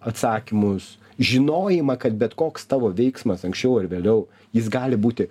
atsakymus žinojimą kad bet koks tavo veiksmas anksčiau ar vėliau jis gali būti